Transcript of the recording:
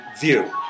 view